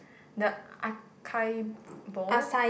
the acai bowl